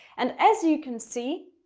and as you can see,